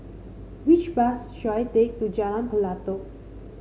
which bus should I take to Jalan Pelatok